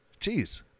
Jeez